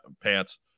pants